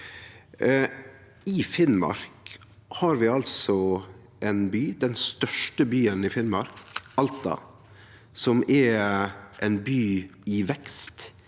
I Finnmark har vi ein by – den største byen i Finnmark – Alta, som er ein by i vekst,